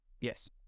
Yes